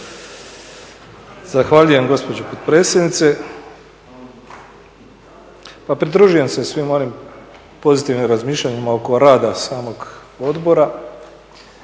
Zahvaljujem gospođo potpredsjednice. Pa pridružujem se svim onim pozitivnim razmišljanjima oko rada samog odbora.